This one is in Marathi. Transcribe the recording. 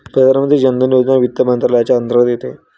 प्रधानमंत्री जन धन योजना वित्त मंत्रालयाच्या अंतर्गत येते